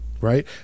right